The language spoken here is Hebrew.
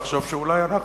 לחשוב שאולי אנחנו,